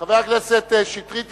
חבר הכנסת שטרית,